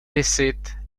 dacite